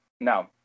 no